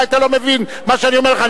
אולי אתה לא מבין מה שאני אומר לך.